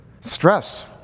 Stress